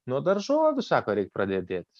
nuo daržovių sako reik pradėti dėtis